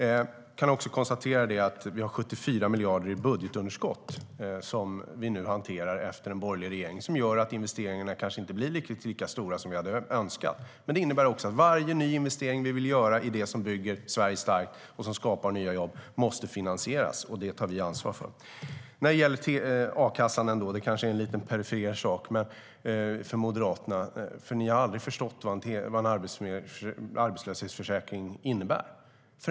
Jag kan också konstatera att vi har 74 miljarder i budgetunderskott, som vi nu hanterar efter den borgerliga regeringen. Det gör att investeringarna kanske inte blir riktigt lika stora som vi hade önskat, men det innebär också att varje ny investering vi vill göra i det som bygger Sverige starkt och skapar nya jobb måste finansieras. Det tar vi ansvar för. Detta mad a-kassan är kanske en lite perifer sak för Moderaterna, för ni har aldrig förstått vad en arbetslöshetsförsäkring innebär.